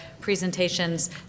presentations